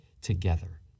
together